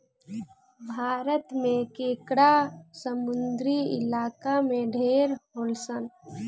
भारत में केकड़ा समुंद्री इलाका में ढेर होलसन